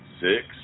Six